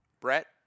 Brett